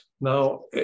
now